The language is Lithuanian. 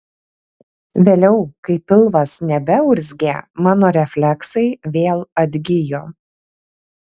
vėliau kai pilvas nebeurzgė mano refleksai vėl atgijo